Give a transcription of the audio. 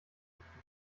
geknickt